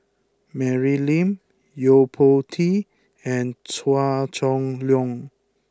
Mary Lim Yo Po Tee and Chua Chong Long